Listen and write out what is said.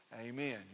amen